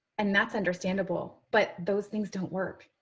and that's understandable. but those things don't work.